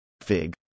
Fig